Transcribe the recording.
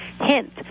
hint